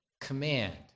command